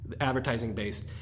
advertising-based